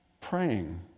Praying